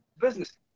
business